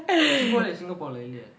chipotle singapore leh இல்லயே:illayae